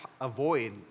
avoid